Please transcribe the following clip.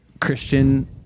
Christian